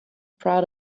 proud